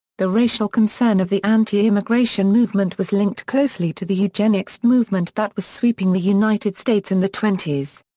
the racial concern of the anti-immigration movement was linked closely to the eugenics movement that was sweeping the united states in the twenties.